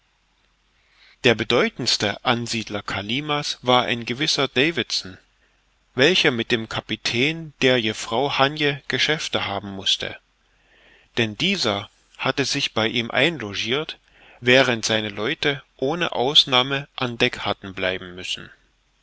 der bedeutendste ansiedler kalima's war ein gewisser davidson welcher mit dem kapitän der jeffrouw hannje geschäfte haben mußte denn dieser hatte sich bei ihm einlogirt während seine leute ohne ausnahme an deck hatten bleiben müssen